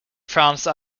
france